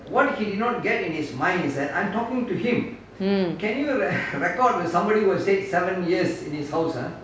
mm